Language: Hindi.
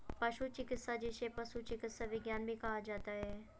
पशु चिकित्सा, जिसे पशु चिकित्सा विज्ञान भी कहा जाता है